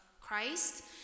Christ